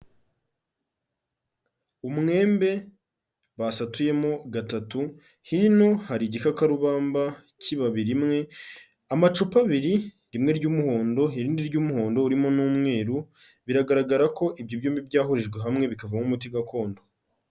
Umwembe basatuyemo gatatu, hino hari igikakarubamba cy'ibabi rimwe, amacupa abiri rimwe ry'umuhondo, irinndi ry'umuhondo urimo n'umweru, biragaragara ko ibyo byombi byahurijwe hamwe bikavamo umuti gakondo.